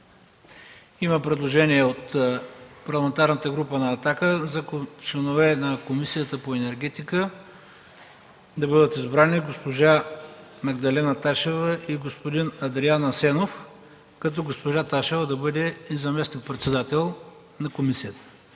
Има предложение от Парламентарната група на „Атака” за членове на Комисията по енергетика да бъдат избрани госпожа Магдалена Ташева и господин Адриан Асенов, като госпожа Магдалена Ташева да бъде и заместник-председател на комисията.